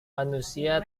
manusia